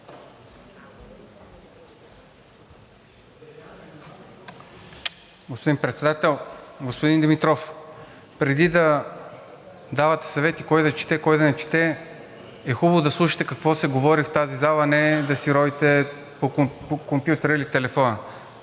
Господин Председател! Господин Димитров, преди да давате съвети кой да чете и кой да не чете, е хубаво да слушате какво се говори в тази зала, а не да си ровите по компютъра или телефона.